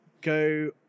go